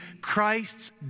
Christ's